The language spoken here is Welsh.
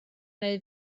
neu